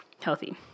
healthy